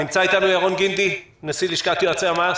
נמצא איתנו ירון גינדי, נשיא לשכת יועצי המס?